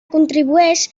contribueix